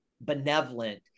benevolent